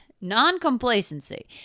Non-complacency